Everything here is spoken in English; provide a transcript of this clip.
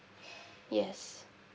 yes